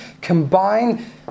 combine